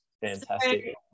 fantastic